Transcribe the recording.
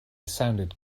sounded